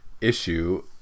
issue